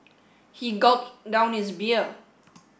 he gulped down his beer